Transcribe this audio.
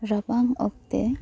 ᱨᱟᱵᱟᱝ ᱚᱠᱛᱮ